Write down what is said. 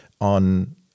on